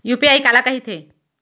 UPI काला कहिथे?